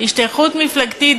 השתייכות מפלגתית,